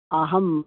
अहं